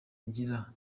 ngira